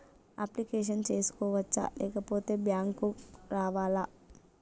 Application చేసుకోవచ్చా లేకపోతే bank రావాలా?